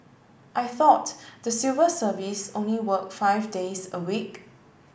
I thought the civil service only work five days a week